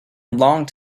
long